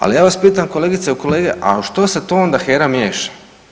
Ali ja vas pitam kolegice i kolege a u što se to onda HERA miješa?